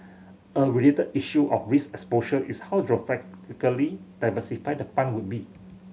a related issue of risk exposure is how diversified the fund would be